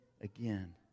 again